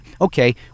okay